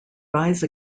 rise